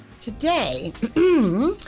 Today